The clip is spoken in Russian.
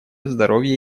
здоровья